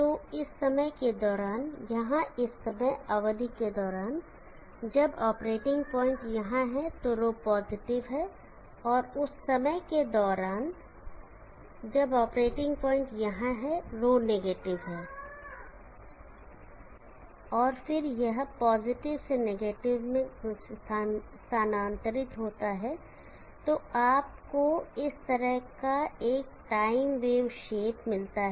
तो इस समय के दौरान यहां इस समय अवधि के दौरान जब ऑपरेटिंग पॉइंट यहां है तो ρ पॉजिटिव है और उस समय के दौरान जब ऑपरेटिंग पॉइंट यहां है ρ नेगेटिव है और फिर यह पॉजिटिव से नेगेटिव में स्थानांतरित होता है तो आपको इस तरह का एक टाइम वेव शेप मिलता है